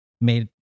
made